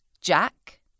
jack